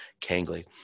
Kangley